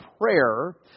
prayer